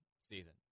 season